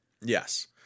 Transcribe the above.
Yes